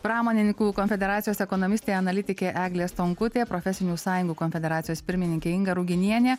pramonininkų konfederacijos ekonomistė analitikė eglė stonkutė profesinių sąjungų konfederacijos pirmininkė inga ruginienė